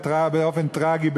באופן טרגי,